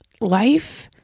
life